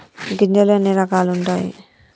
గింజలు ఎన్ని రకాలు ఉంటాయి?